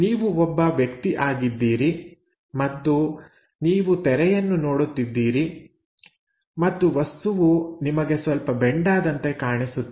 ನೀವು ಒಬ್ಬ ವ್ಯಕ್ತಿ ಆಗಿದ್ದೀರಿ ಮತ್ತು ನೀವು ತೆರೆಯನ್ನು ನೋಡುತ್ತಿದ್ದೀರಿ ಮತ್ತು ವಸ್ತುವು ನಿಮಗೆ ಸ್ವಲ್ಪ ಬೆಂಡಾದಂತೆ ಕಾಣಿಸುತ್ತಿದೆ